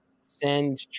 send